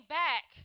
back